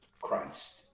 Christ